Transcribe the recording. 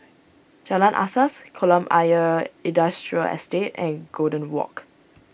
Jalan Asas Kolam Ayer Industrial Estate and Golden Walk